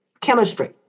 chemistry